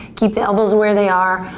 keep the elbows where they are.